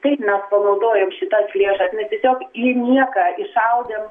taip mes panaudojom šitas lėšas mes tiesiog į nieką iššaudėm